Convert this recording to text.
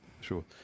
Sure